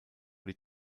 die